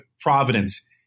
Providence